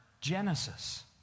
genesis